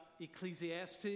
Ecclesiastes